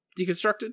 deconstructed